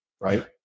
right